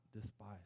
despise